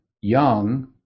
young